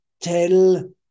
tell